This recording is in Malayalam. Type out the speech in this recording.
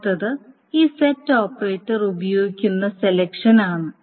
അടുത്തത് ഈ സെറ്റ് ഓപ്പറേറ്റർ ഉപയോഗിക്കുന്ന സെലക്ഷൻ ആണ്